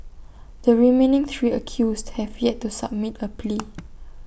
the remaining three accused have yet to submit A plea